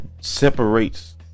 separates